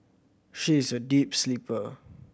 she is a deep sleeper